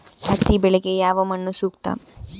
ಹತ್ತಿ ಬೆಳೆಗೆ ಯಾವ ಮಣ್ಣು ಸೂಕ್ತ?